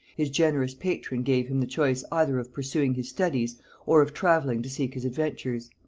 his generous patron gave him the choice either of pursuing his studies or of travelling to seek his adventures.